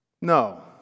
no